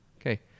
Okay